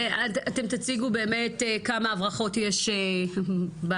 אז תציגו באמת כמה הברחות יש בנושא,